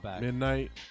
Midnight